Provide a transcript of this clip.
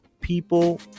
people